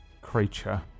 creature